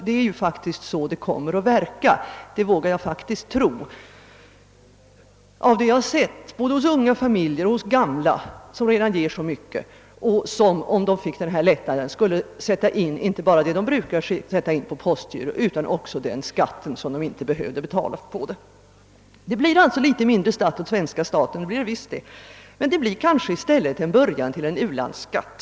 Det är nämligen så det kommer att verka, det vågar jag faktiskt tro efter vad jag har sett både hos unga familjer och hos gamla som redan ger så mycket och som, om de fick denna lättnad, skulle sätta in på postgiro inte bara vad de brukar sätta in utan också den skatt som de inte behövde betala. Det blir alltså något mindre skatt åt svenska staten, men det blir kanske i stället en början till u-landsskatt.